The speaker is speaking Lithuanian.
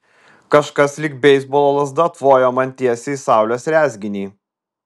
kažkas lyg beisbolo lazda tvojo man tiesiai į saulės rezginį